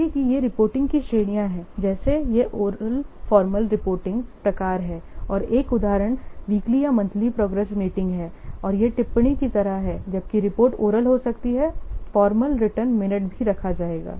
देखें कि ये रिपोर्टिंग की श्रेणियां हैं जैसे यह ओरल फॉर्मल रिपोर्टिंग प्रकार है और एक उदाहरण वीकली या मंथली प्रोग्रेस मीटिंग है और यह टिप्पणी की तरह है जबकि रिपोर्ट ओरल हो सकती है फॉर्मल रिटर्न मिनट भी रखा जाएगा